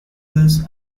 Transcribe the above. less